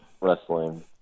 wrestling